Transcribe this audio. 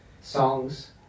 songs